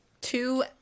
two